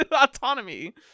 autonomy